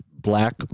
black